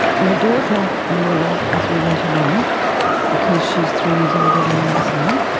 my daughter knew a lot as we went along because she is three years older than my son.